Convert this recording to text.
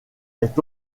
est